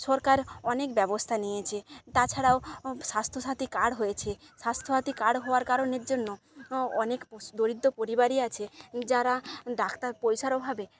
সরকার অনেক ব্যবস্থা নিয়েছে তাছাড়াও স্বাস্থ্যসাথী কার্ড হয়েছে স্বাস্থ্যসাথী কার্ড হওয়ার কারণের জন্য অনেক দরিদ্র পরিবারই আছে যারা ডাক্তার পয়সার অভাবে